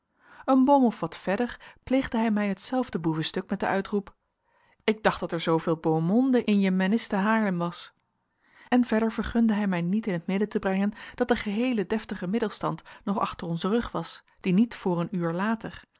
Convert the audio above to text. een boom of wat verder pleegde hij mij hetzelfde boevestuk met den uitroep ik dacht dat er zooveel beau monde in je menniste haarlem was en weder vergunde hij mij niet in het midden te brengen dat de geheele deftige middelstand nog achter onzen rug was die niet voor een uur later